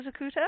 Zakuta